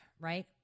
Right